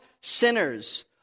sinners